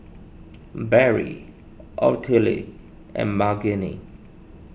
Barry Ottilie and Margene